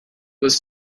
was